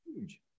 huge